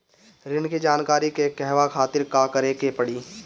ऋण की जानकारी के कहवा खातिर का करे के पड़ी?